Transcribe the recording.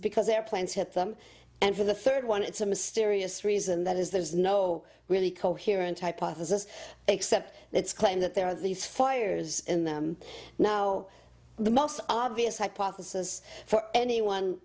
because airplanes have them and for the third one it's a mysterious reason that is there is no really coherent hypothesis except its claim that there are these fires in them now the most obvious hypothesis for anyone